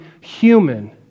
human